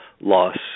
loss